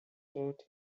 taught